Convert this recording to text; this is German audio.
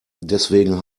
deswegen